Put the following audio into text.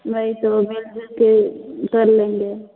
वही तो मिलजुल के कर लेंगे